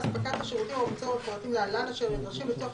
אספקת השירותים או המוצרים המפורטים להלן אשר נדרשים לצורך